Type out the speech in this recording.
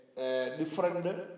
different